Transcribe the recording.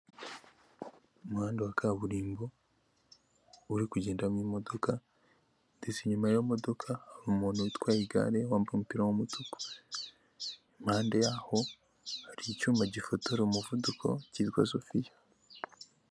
Umuhanda wa kaburimbo, uri kugendamo imodoka, ndetse inyuma y'iyo modoka, hari umuntu utwaye igare wambaye umupira w'umutuku, impande yaho hari icyuma gifotora umuvuduko kitwa sofiya.